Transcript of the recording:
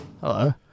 Hello